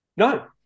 No